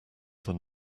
than